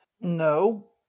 No